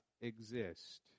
exist